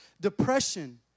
depression